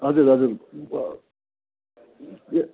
हजुर हजुर